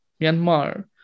Myanmar